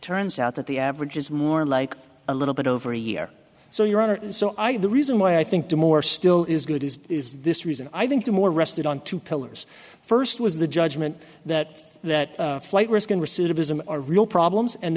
turns out that the average is more like a little bit over a year so your honor is so i the reason why i think the more still is good is is this reason i think the more rested on two pillars first was the judgment that that flight risk and recidivism are real problems and